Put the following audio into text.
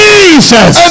Jesus